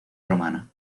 romana